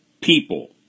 people